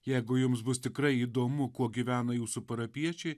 jeigu jums bus tikrai įdomu kuo gyvena jūsų parapijiečiai